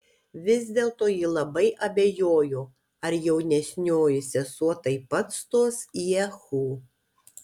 vis dėlto ji labai abejojo ar jaunesnioji sesuo taip pat stos į ehu